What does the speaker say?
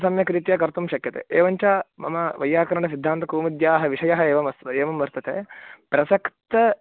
सम्यक्रित्या कर्तुं शक्यते एवञ्च मम वैय्याकरणसिद्धान्तकौमुद्याः विषयः एवम् अस् एवं वर्तते प्रसक्तः